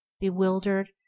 bewildered